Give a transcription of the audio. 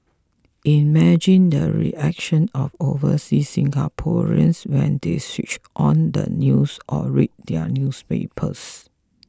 imagine the reactions of overseas Singaporeans when they switched on the news or read their newspapers